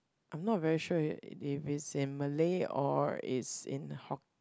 I'm not very sure if it is in Malay or is in Hokkien